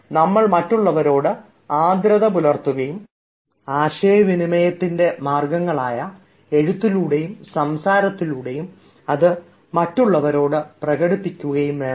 എന്നാൽ നമ്മൾ മറ്റുള്ളവരോട് ആർദ്രത പുലർത്തുകയും ആശയവിനിമയത്തിൻറെ മാർഗങ്ങളായ എഴുത്തിലൂടെയും സംസാരത്തിലൂടെയും അത് മറ്റുള്ളവരോട് പ്രകടിപ്പിക്കുകയും വേണം